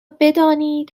بدانید